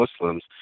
Muslims